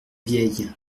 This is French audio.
vieille